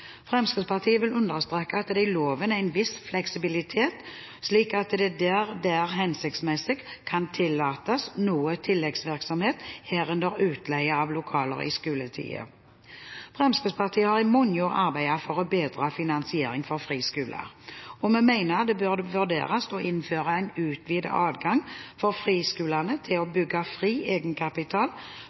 Fremskrittspartiet vil understreke at det i loven er en viss fleksibilitet, slik at det der det er hensiktsmessig, kan tillates noe tilleggsvirksomhet, herunder utleie av lokaler i skoletiden. Fremskrittspartiet har i mange år arbeidet for å bedre finansieringen for friskoler, og vi mener det bør vurderes å innføre en utvidet adgang for friskolene til å bygge fri egenkapital,